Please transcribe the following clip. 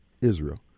Israel